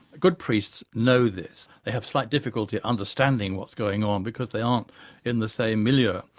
good priests know this. they have slight difficulty understanding what's going on because they aren't in the same milieu. ah